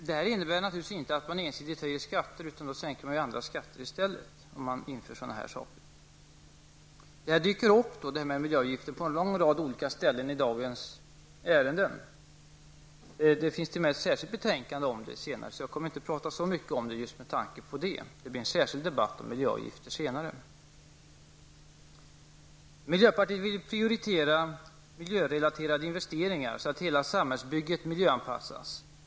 Detta innebär naturligtvis inte att man ensidigt skall höja skatter, utan andra skatter skall sänkas i stället om dessa saker införs. Frågan om miljöavgiften dyker upp på olika ställen i de ärenden som behandlas i dag. Frågan behandlas t.o.m. i ett särskilt betänkande som kommer att debatteras senare, och med tanke på detta kommer jag inte att tala så mycket om den frågan. Det blir en särskild debatt om miljöavgifter senare. Miljöpartiet vill prioritera miljörelaterade investeringar, så att hela samhällsbygget miljöanpassas.